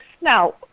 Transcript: now